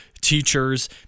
teachers